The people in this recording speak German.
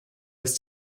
ist